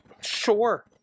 Sure